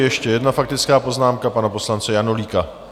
Ještě jedna faktická poznámka pana poslance Janulíka.